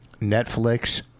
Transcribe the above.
Netflix